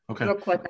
Okay